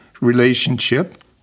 relationship